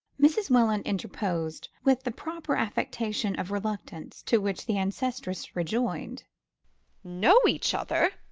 mrs. welland interposed, with the proper affectation of reluctance to which the ancestress rejoined know each other?